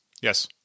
yes